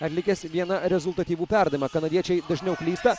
atlikęs vieną rezultatyvų perdavimą kanadiečiai dažniau klysta